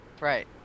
Right